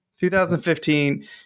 2015